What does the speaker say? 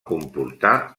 comportà